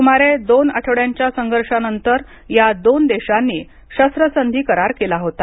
सुमारे दोन आठवड्यांच्या संघर्षानंतर या दोन देशांनी शस्त्रसंधी करार केला होता